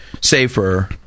safer